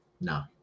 No